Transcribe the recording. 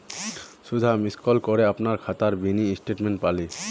सुधा miss call करे अपनार खातार मिनी स्टेटमेंट पाले